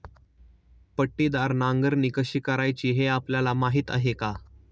पट्टीदार नांगरणी कशी करायची हे आपल्याला माहीत आहे का?